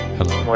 Hello